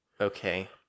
Okay